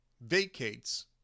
vacates